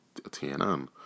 tnn